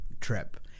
trip